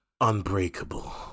unbreakable